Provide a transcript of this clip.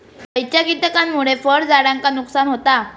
खयच्या किटकांमुळे फळझाडांचा नुकसान होता?